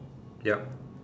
yup